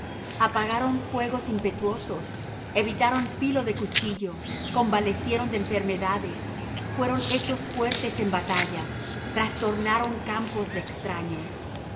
apagaron fuegos impetuosos evitaron filo de cuchillo convalecieron de enfermedades fueron hechos fuertes en batallas trastornaron campos de extraños